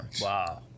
wow